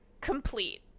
complete